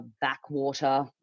backwater